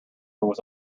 was